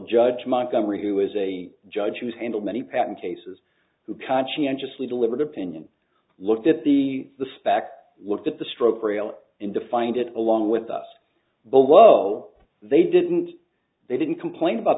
judge montgomery who is a judge who's handled many patent cases who conscientiously deliberate opinion looked at the the spec looked at the stroke rail and defined it along with us below they didn't they didn't complain about